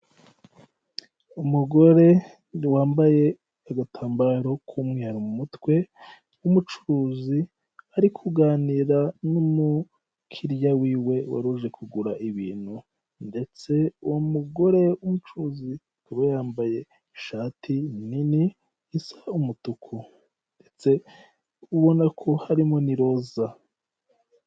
Umugore wambaye agatambaro k'umweru mu mutwe w'umucuruzi ari kuganira n'umukiriya wiwe wari uje kugura ibintu ndetse uwo mugore w'umucuruzi akaba yambaye ishati nini isa umutuku ndetse ubona ko harimo ni roza.